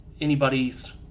anybody's